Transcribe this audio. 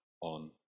on